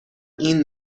این